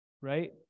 right